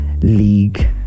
league